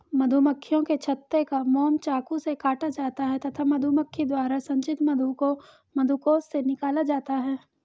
मधुमक्खियों के छत्ते का मोम चाकू से काटा जाता है तथा मधुमक्खी द्वारा संचित मधु को मधुकोश से निकाला जाता है